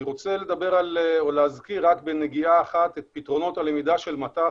אני רוצה להזכיר בנגיעה את פתרונות הלמידה של מט"ח.